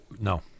No